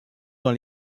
dans